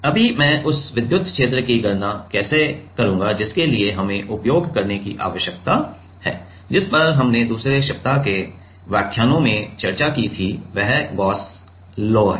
अभी मैं उस विद्युत क्षेत्र की गणना कैसे करूंगा जिसके लिए हमें उपयोग करने की आवश्यकता है जिस पर हमने दूसरे सप्ताह के व्याख्यानों में चर्चा की थी वह गॉस लॉ है